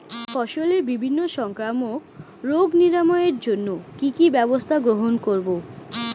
ফসলের বিভিন্ন সংক্রামক রোগ নিরাময়ের জন্য কি কি ব্যবস্থা গ্রহণ করব?